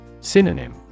Synonym